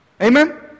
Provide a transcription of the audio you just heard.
Amen